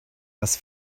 das